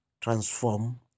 transform